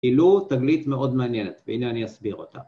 ‫גילו תגלית מאוד מעניינת, ‫והנה אני אסביר אותה.